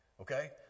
okay